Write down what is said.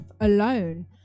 Alone